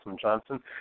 Johnson